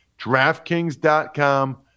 DraftKings.com